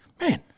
man